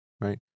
right